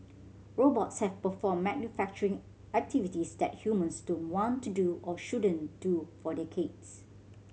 robots have performed manufacturing activities that humans don't want to do or shouldn't do for decades